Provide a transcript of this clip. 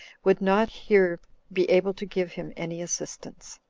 would not here be able to give him any assistance.